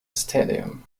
stadium